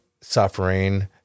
suffering